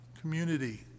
community